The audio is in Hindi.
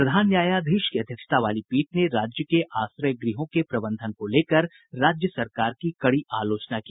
प्रधान न्यायाधीश की अध्यक्षता वाली पीठ ने राज्य के आश्रय गृहों के प्रबंधन को लेकर सरकार की भी आलोचना की